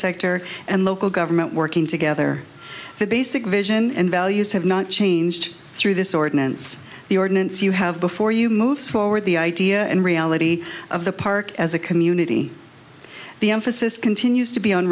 sector and local government working together the basic vision and values have not changed through this ordinance the ordinance you have before you moves forward the idea and reality of the park as a community the emphasis continues to be on